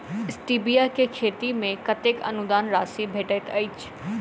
Stevia केँ खेती मे कतेक अनुदान राशि भेटैत अछि?